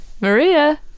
Maria